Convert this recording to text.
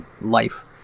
life